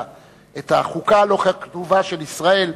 את החוקה הלא-כתובה של ישראל.